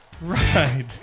Right